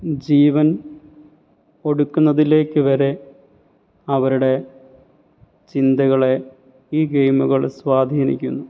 ജീവൻ കൊടുക്കുന്നതിലേക്കുവരെ അവരുടെ ചിന്തകളെ ഈ ഗെയിമുകൾ സ്വാധീനിക്കുന്നു